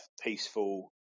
peaceful